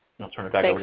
i'll turn it back over to